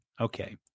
Okay